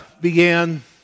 began